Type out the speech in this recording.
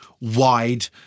wide